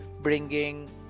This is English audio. bringing